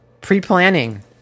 pre-planning